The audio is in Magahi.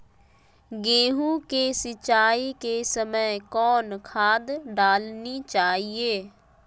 गेंहू के सिंचाई के समय कौन खाद डालनी चाइये?